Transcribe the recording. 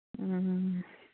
ꯎꯝ